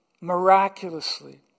miraculously